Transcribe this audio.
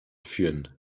führen